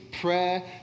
prayer